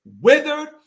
withered